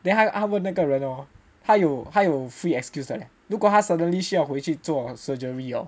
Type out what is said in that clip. then 他他问那个人 hor 他有他有 free excuse 的 leh 如果他 suddenly 需要回去做 surgery hor